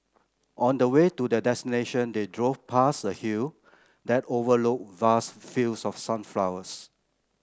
on the way to their destination they drove past a hill that overlooked vast fields of sunflowers